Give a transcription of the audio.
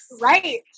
Right